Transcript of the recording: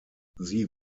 sie